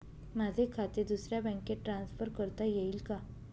माझे खाते दुसऱ्या बँकेत ट्रान्सफर करता येईल का?